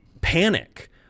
panic